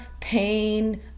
pain